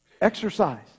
exercise